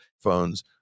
phones